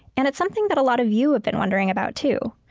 and it's something that a lot of you have been wondering about, too.